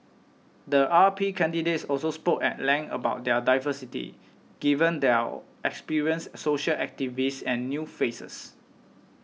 the R P candidates also spoke at length about their diversity given there are experienced social activists and new faces